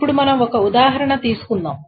ఇప్పుడు మనం ఒక ఉదాహరణ తీసుకుందాం